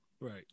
Right